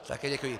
Také děkuji.